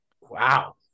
wow